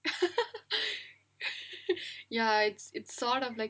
ya it's it's sort of like